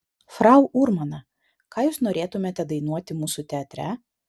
frau urmana ką jūs norėtumėte dainuoti mūsų teatre